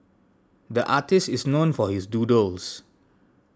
the artist is known for his doodles